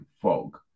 fog